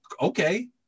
okay